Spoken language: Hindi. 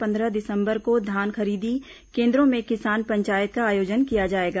पंद्रह दिसंबर को धान खरीदी केन्द्रों में किसान पंचायत का आयोजन किया जाएगा